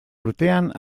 urtean